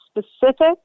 specific